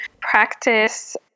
practice